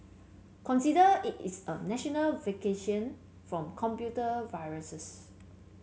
consider it is a national vaccination from computer viruses